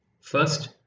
First